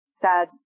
sad